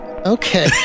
Okay